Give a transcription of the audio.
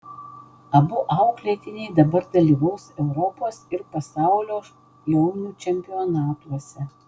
abu auklėtiniai dabar dalyvaus europos ir pasaulio jaunių čempionatuose